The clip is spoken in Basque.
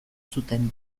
zuten